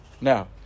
Now